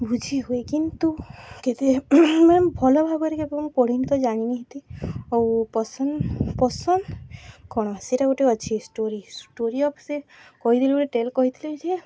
ବୁଝି ହୁଏ କିନ୍ତୁ କେତେ ଭଲ ଭାବରେ କେବେ ମୁଁ ପଢ଼ିନି ତ ଜାଣି ନିହାତି ଆଉ ପସନ୍ଦ ପସନ୍ଦ କ'ଣ ସେଇଟା ଗୋଟେ ଅଛି ଷ୍ଟୋରି ଷ୍ଟୋରି ଅଫ୍ ସେ କହିଥିଲେ ଗୋଟେ ଟେଲ୍ କହିଥିଲି ଯେ